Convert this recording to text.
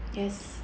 yes